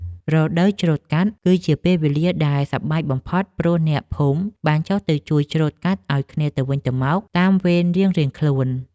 រដូវច្រូតកាត់ គឺជាពេលវេលាដែលសប្បាយបំផុត ព្រោះអ្នកភូមិបានចុះទៅជួយច្រូតកាត់ឱ្យគ្នាទៅវិញទៅមកតាមវេនរៀងៗខ្លួន។